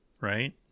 Right